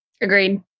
Agreed